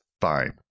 fine